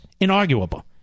inarguable